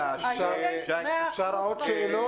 איילת, מאה אחוז מסכימה